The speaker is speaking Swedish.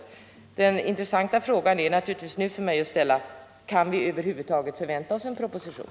Och den intressanta frågan är naturligtvis nu för mig: Kan vi över huvud taget förvänta oss en proposition?